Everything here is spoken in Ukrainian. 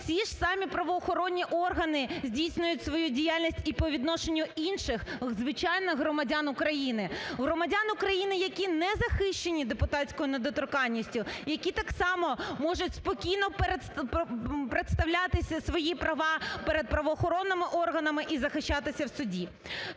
ці ж самі правоохоронні органи здійснюють свою діяльність і по відношенню інших, звичайних громадян України, громадян України, які не захищені депутатською недоторканністю, які так само можуть спокійно представляти свої права перед правоохоронними органами і захищатися в суді.